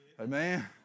Amen